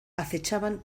acechaban